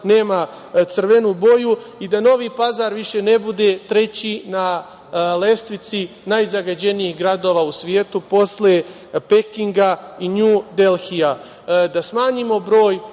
nema crvenu boju i da Novi Pazar više ne bude treći na lestvici najzagađenijih gradova u svetu, posle Pekinga i Nju Delhija, da smanjimo broj